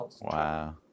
wow